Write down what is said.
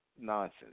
Nonsense